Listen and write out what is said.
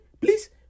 please